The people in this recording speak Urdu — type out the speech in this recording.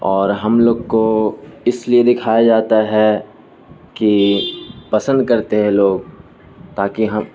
اور ہم لوگ کو اس لیے دکھایا جاتا ہے کہ پسند کرتے ہیں لوگ تاکہ ہم